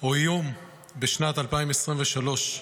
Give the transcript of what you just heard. או איום בשנת 2023,